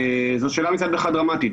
זאת שאלה מצד אחד דרמטית.